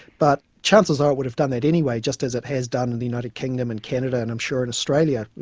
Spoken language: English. but chances are, it would have done it anyway, just as it has done in the united kingdom and canada and i'm sure in australia.